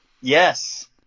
Yes